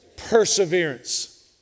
perseverance